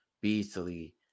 Beasley